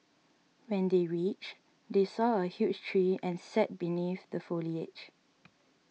when they reached they saw a huge tree and sat beneath the foliage